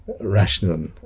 rational